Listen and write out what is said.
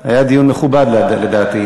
היה דיון מכובד, לדעתי.